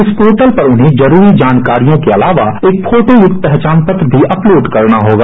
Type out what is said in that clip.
इस पोर्टल पर उन्हें जरूरी जानकारियों के अलावा एक फोटो युक्त पहचान पत्र अपलोड करना होगा